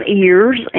ears